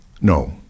no